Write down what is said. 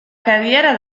carriera